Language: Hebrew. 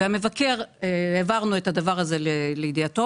והמבקר, העברנו את הדבר הזה לידיעתו.